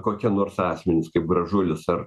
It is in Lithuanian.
kokie nors asmenys kaip gražulis ar